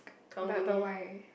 but but why